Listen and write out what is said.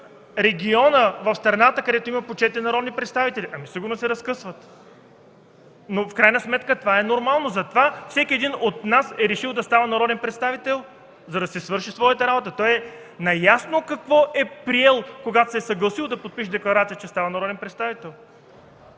12 региона в страната, където има по четири народни представители? Ами сигурно се разкъсват, но в крайна сметка това е нормално. Затова всеки един от нас е решил да става народен представител, за да си свърши своята работа. Той е наясно какво е приел, когато се е съгласил да подпише декларация, че става народен представител.